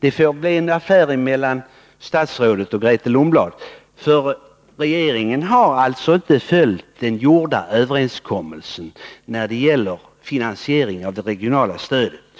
Detta får bli en affär mellan statsrådet och Grethe Lundblad. Regeringen har alltså inte följt träffade överenskommelser när det gäller finansiering av det regionala stödet.